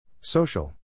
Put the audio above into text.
Social